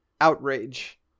outrage